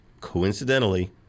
coincidentally